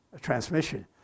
transmission